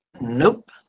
Nope